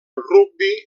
rugbi